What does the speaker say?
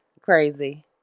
Crazy